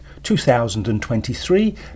2023